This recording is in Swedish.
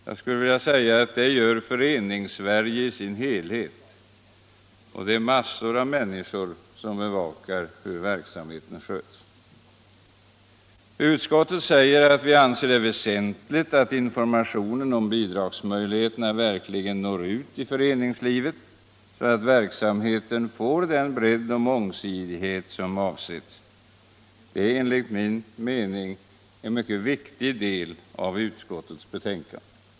Jag skulle vilja säga att det gör Föreningssverige i dess helhet, och det är massor av människor som bevakar hur verksamheten sköts. Vi säger i utskottsbetänkandet att vi anser det väsentligt att informationen om bidragsmöjligheterna verkligen når ut i föreningslivet, så att verksamheten får den bredd och mångsidighet som avsetts. Det är enligt min mening en mycket viktig del av utskottets betänkande.